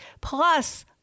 plus